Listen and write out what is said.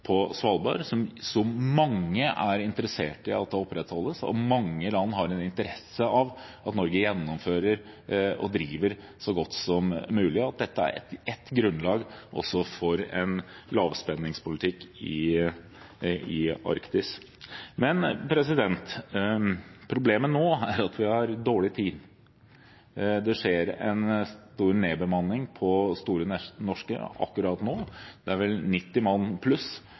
på Svalbard som mange er interessert i at opprettholdes. Mange land har en interesse av at Norge gjennomfører og driver så godt som mulig, og dette er også et grunnlag for en lavspenningspolitikk i Arktis. Problemet nå er at vi har dårlig tid. Det skjer en stor nedbemanning på Store Norske akkurat nå. Det er vel allerede nedbemannet med 90 mann pluss,